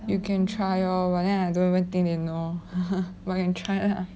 you can try lor but then I don't even think they know but can try ah